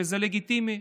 וזה לגיטימי,